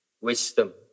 wisdom